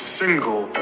single